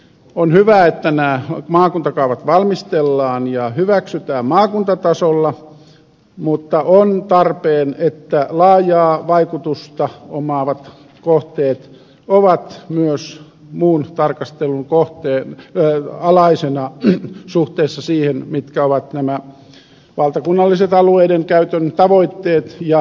on hyvä että nämä maakuntakaavat valmistellaan ja hyväksytään maakuntatasolla mutta on tarpeen että laajaa vaikutusta omaavat kohteet ovat myös muun tarkastelun alaisena suhteessa siihen mitkä ovat nämä valtakunnalliset alueiden käytön tavoitteet ja lainsäädännölliset tavoitteet